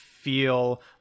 feel